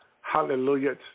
Hallelujah